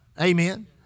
Amen